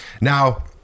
Now